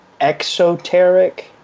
exoteric